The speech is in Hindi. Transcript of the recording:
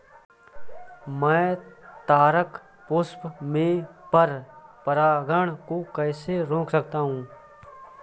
मैं तारक पुष्प में पर परागण को कैसे रोक सकता हूँ?